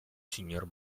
signor